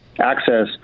access